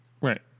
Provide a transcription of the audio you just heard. Right